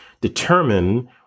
determine